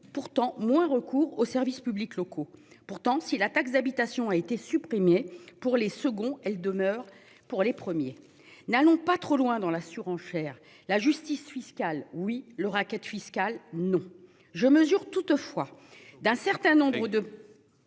pourtant moins recours aux services publics locaux. Pourtant si la taxe d'habitation a été supprimée pour les seconds, elle demeure pour les premiers, n'allons pas trop loin dans la surenchère. La justice fiscale. Oui, le racket fiscal. Non je mesure toutefois d'un certain nombre de.